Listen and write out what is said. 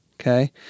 Okay